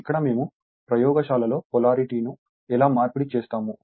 ఇక్కడ మేము ప్రయోగశాలలో పొలారిటీను ఎలా మార్పిడి చేస్తాము